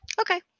okay